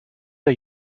are